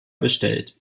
bestellt